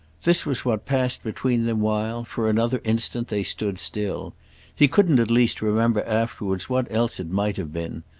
this was what passed between them while, for another instant, they stood still he couldn't at least remember afterwards what else it might have been.